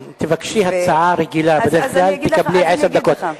תבקשי הצעה רגילה, בדרך כלל תקבלי עשר דקות.